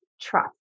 trust